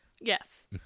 yes